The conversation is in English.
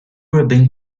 ribbon